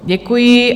Děkuji.